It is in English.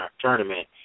tournament